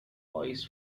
bois